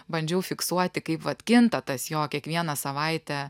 bandžiau fiksuoti kaip vat kinta tas jo kiekvieną savaitę